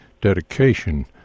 dedication